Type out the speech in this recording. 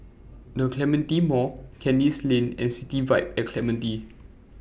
The Clementi Mall Kandis Lane and City Vibe At Clementi